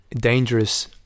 Dangerous